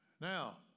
Now